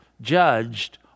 judged